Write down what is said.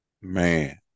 man